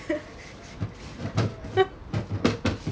ya